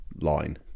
line